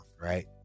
right